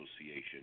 Association